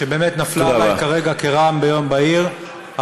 שבאמת נפלה עליי כרעם ביום בהיר,